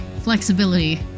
flexibility